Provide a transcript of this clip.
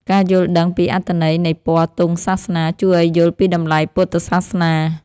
ការយល់ដឹងពីអត្ថន័យនៃពណ៌ទង់សាសនា ជួយឱ្យយល់ពីតម្លៃពុទ្ធសាសនា។